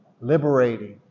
liberating